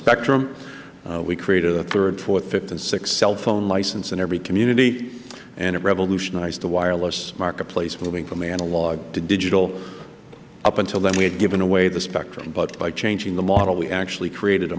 spectrum we created a third fourth fifth and sixth cell phone license in every community and it revolutionized the wireless marketplace moving from analog to digital up until then we had given away the spectrum but by changing the model we actually created